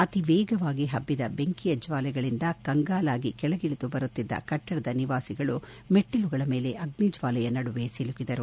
ಅತಿ ವೇಗವಾಗಿ ಹಬ್ಬಿದ ಬೆಂಕಿಯ ಜ್ವಾಲೆಗಳಿಂದ ಕಂಗಾಲಾಗಿ ಕೆಳಗಿಳಿದು ಬರುತ್ತಿದ್ದ ಕಟ್ಟಡದ ನಿವಾಸಿಗಳು ಮೆಟ್ಟಲುಗಳ ಮೇಲೆ ಅಗ್ನಿಜ್ವಾಲೆಯ ನಡುವೆ ಸಿಲುಕಿದರು